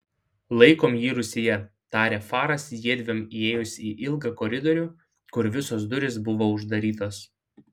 laikom jį rūsyje tarė faras jiedviem įėjus į ilgą koridorių kur visos durys buvo uždarytos